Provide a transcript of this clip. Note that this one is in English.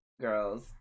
girls